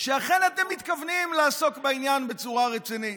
שאכן אתם מתכוונים לעסוק בעניין בצורה רצינית.